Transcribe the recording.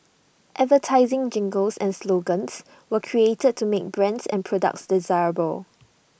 advertising jingles and slogans were created to make brands and products desirable